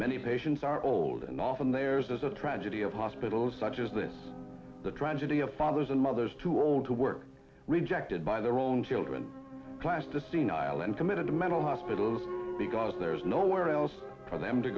many patients are old and often there's a tragedy of hospitals such as this the tragedy of fathers and mothers too old to work rejected by their own children plasticine island committed to mental hospitals because there is nowhere else for them to